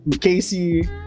casey